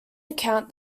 account